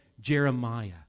Jeremiah